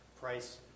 price